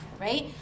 right